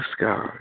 God